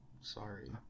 Sorry